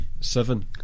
Seven